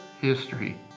history